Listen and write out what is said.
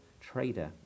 trader